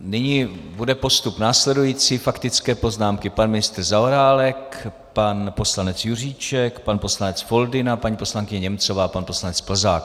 Nyní bude postup následující: faktické poznámky pan ministr Zaorálek, pan poslanec Juříček, pan poslanec Foldyna, paní poslankyně Němcová, pan poslanec Plzák.